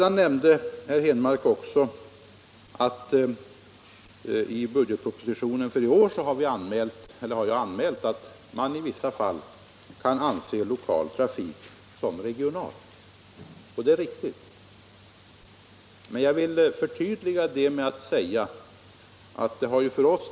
AN dälndr Kör Mekong Herr Henmark nämnde också att jag i budgetpropositionen för i år Om SJ:s busslinjehar anmält att man i vissa fall kan anse lokal trafik vara regional. Det — trafik är riktigt. Men jag vill förtydliga det en aning.